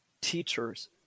teachers